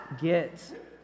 get